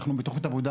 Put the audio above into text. אנחנו בתוכנית עבודה